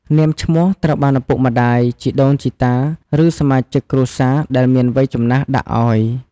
នាមឈ្មោះត្រូវបានឪពុកម្តាយ ជីដូនជីតា ឬ សមាជិកគ្រួសារដែលមានវ័យចំណាស់ដាក់ឲ្យ។